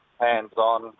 hands-on